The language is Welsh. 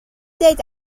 dweud